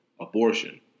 abortion